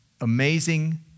amazing